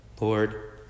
Lord